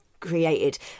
created